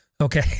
okay